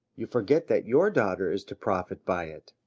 you forget that your daughter is to profit by it.